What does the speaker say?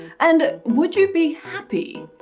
and would you be happy?